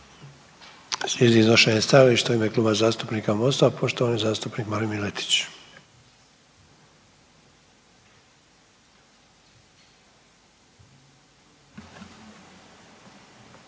Slijedi završna rasprava u ime Kluba zastupnika Mosta, poštovani zastupnik Marin Miletić.